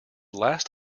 last